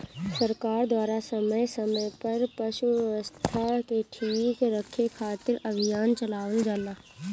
सरकार द्वारा समय समय पर पशु स्वास्थ्य के ठीक रखे खातिर अभियान चलावल जाला